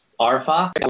Arfa